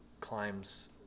climbs